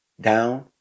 down